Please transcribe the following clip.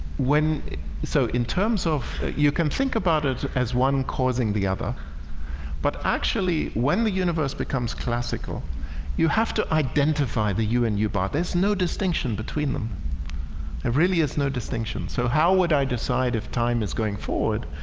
when so in terms of you can think about it as one causing the other but actually when the universe becomes classical you have to identify the u and u-bar. there's no distinction between them there really is no distinction. so how would i decide if time is going forward?